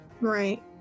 right